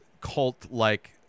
cult-like